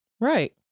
Right